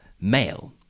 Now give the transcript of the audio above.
male